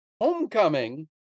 homecoming